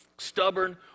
Stubborn